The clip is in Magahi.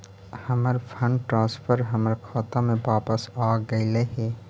हमर फंड ट्रांसफर हमर खाता में वापस आगईल हे